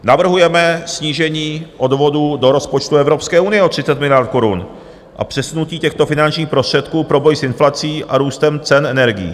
Navrhujeme snížení odvodů do rozpočtu Evropské unie o 30 miliard korun a přesunutí těchto finančních prostředků pro boj s inflací a růstem cen energií.